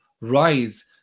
rise